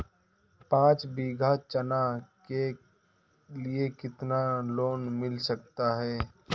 पाँच बीघा चना के लिए कितना लोन मिल सकता है?